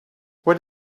what